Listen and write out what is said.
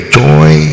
joy